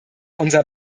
unser